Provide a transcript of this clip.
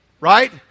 Right